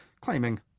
claiming